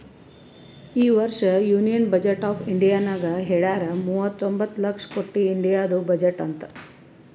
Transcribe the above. ಈ ವರ್ಷ union budget of ಇಂಡಿಯಾನಾಗ್ ಹೆಳ್ಯಾರ್ ಮೂವತೊಂಬತ್ತ ಲಕ್ಷ ಕೊಟ್ಟಿ ಇಂಡಿಯಾದು ಬಜೆಟ್ ಅಂತ್